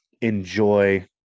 enjoy